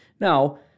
Now